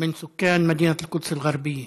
מהעיר ירושלים.) תודה רבה.